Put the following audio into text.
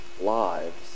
lives